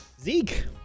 Zeke